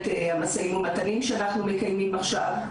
משאיים ומתנים שאנחנו מקיימים עכשיו.